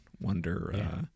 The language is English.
wonder